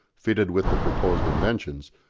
fitted with the proposed inventions,